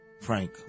Frank